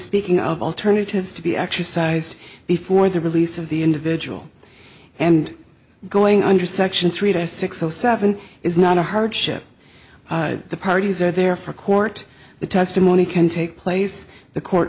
speaking of alternatives to be exercised before the release of the individual and going under section three to six zero seven is not a hardship the parties are there for court the testimony can take place the court